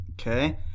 Okay